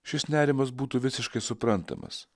šis nerimas būtų visiškai suprantamas